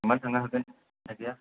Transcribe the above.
होनबानो थांनो हागोन